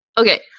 Okay